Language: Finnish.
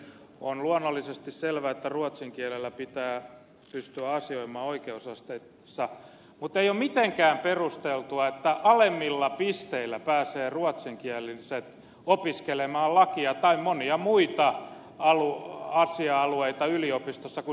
on luonnollisesti selvä että ruotsin kielellä pitää pystyä asioimaan oikeusasteissa mutta ei ole mitenkään perusteltua että alemmilla pisteillä ruotsinkieliset pääsevät opiskelemaan lakia tai monia muita asia alueita yliopistossa kuin suomenkieliset